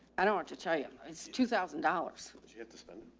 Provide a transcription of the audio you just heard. i don't want to tell you it's two thousand dollars. she had to spend